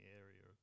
area